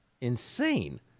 insane